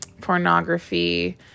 pornography